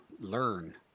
learn